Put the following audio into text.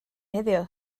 heddiw